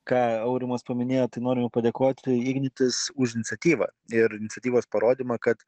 ką aurimas paminėjo tai norime padėkoti ignitis už iniciatyvą ir iniciatyvos parodymą kad